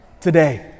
today